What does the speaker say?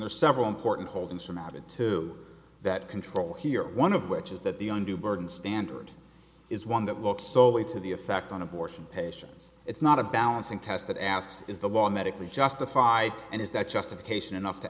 the several important holding some added to that control here one of which is that the undue burden standard is one that looks so way to the affect on abortion patients it's not a balancing test that asks is the law medically justified and is that justification enough to